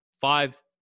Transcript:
five